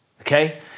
Okay